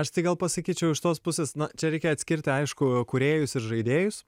aš tai gal pasakyčiau iš tos pusės na čia reikia atskirti aišku kūrėjus ir žaidėjus